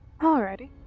Alrighty